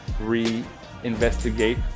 re-investigate